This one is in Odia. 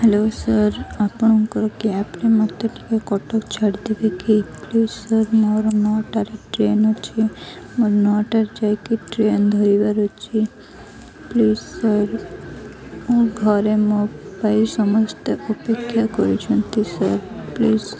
ହାଲୋ ସାର୍ ଆପଣଙ୍କର କ୍ୟାବ୍ରେ ମୋତେ ଟିକେ କଟକ ଛାଡ଼ିଦେବେ କି ପ୍ଲିଜ୍ ସାର୍ ମୋର ନଅଟାରେ ଟ୍ରେନ୍ ଅଛି ମୋର ନଅଟାରେ ଯାଇକି ଟ୍ରେନ୍ ଧରିବାର ଅଛି ପ୍ଳିଜ୍ ସାର୍ ମୋ ଘରେ ମୋ ପାଇଁ ସମସ୍ତେ ଅପେକ୍ଷା କରିଛନ୍ତି ସାର୍ ପ୍ଲିଜ୍